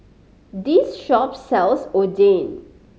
this shop sells Oden